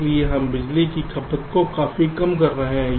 इसलिए हम बिजली की खपत को काफी कम कर सकते हैं